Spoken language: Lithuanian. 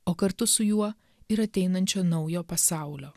o kartu su juo ir ateinančio naujo pasaulio